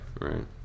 right